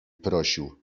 prosił